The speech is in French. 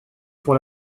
pour